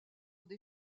des